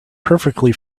perfectly